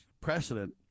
precedent